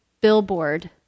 billboard